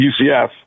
UCF